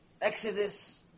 Exodus